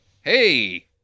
hey